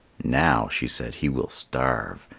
now, she said, he will starve,